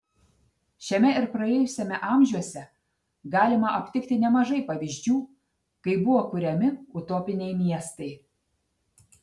šiame ir praėjusiame amžiuose galima aptikti nemažai pavyzdžių kai buvo kuriami utopiniai miestai